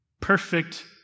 perfect